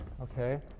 Okay